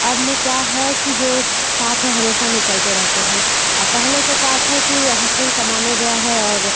आदमी क्या है कि जो साथ हैं हमेशा निकलते रहते हैं पहले का क्या थे कि हस्बेंड कमाने गया है और